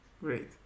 great